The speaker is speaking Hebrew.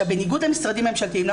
בניגוד למשרדים ממשלתיים,